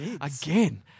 again